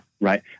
right